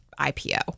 IPO